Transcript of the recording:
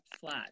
flat